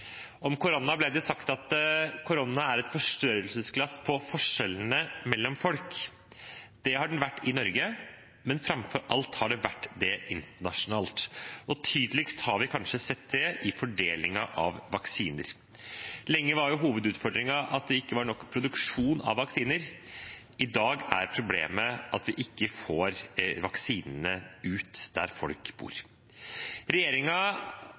Det har blitt sagt at korona er et forstørrelsesglass på forskjellene mellom folk. Det har det vært i Norge, men framfor alt har det vært det internasjonalt, og tydeligst har vi kanskje sett det i fordelingen av vaksiner. Lenge var hovedutfordringen at det ikke var nok produksjon av vaksiner. I dag er problemet at vi ikke får vaksinene ut dit folk bor.